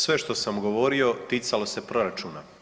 Sve što sam govorio ticalo se proračuna.